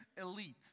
elite